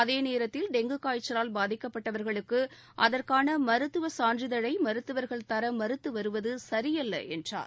அதே நேரத்தில் டெங்கு காய்ச்சலால் பாதிக்கப்பட்டவர்களுக்கு அதற்கான மருத்துவ சான்றிதழை மருத்துவர்கள் தர மறுத்து வருவது சரியல்ல என்றார்